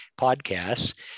podcasts